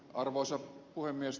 arvoisa puhemies